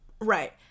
Right